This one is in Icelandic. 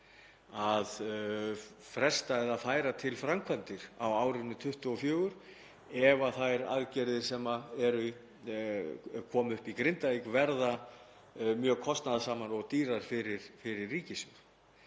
að fresta eða færa til framkvæmdir á árinu 2024 ef þær aðgerðir sem farið er í í Grindavík verða mjög kostnaðarsamar og dýrar fyrir ríkissjóð.